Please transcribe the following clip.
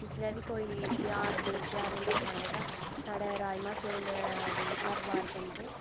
जिसलै बी कोई ध्यार दिन ध्यार औंदा साढ़े तां राजमां चौल हर बार बनदे